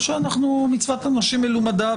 או שאנחנו מצוות אנשים מלומדה?